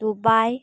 Dubai